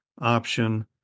option